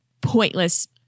pointless